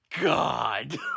God